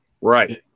right